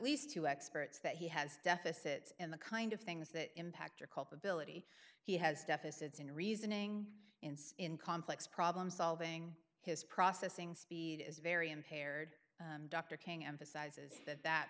least two experts that he has deficit in the kind of things that impact or culpability he has deficits in reasoning in complex problem solving his processing speed is very impaired dr king emphasizes that that